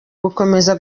gukomeza